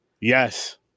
Yes